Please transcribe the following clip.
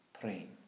praying